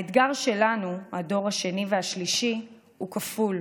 האתגר שלנו, הדור השני והשלישי, הוא כפול: